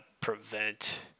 prevent